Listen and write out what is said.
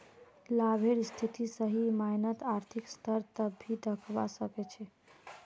लाभेर स्थिति सही मायनत आर्थिक स्तर पर ही दखवा सक छी